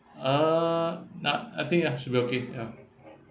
uh no~ nothing lah should be okay ya